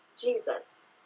Jesus